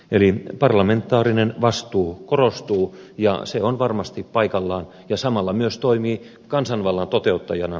eli parlamentaarinen vastuu korostuu ja se on varmasti paikallaan ja samalla myös toimii kansanvallan toteuttajana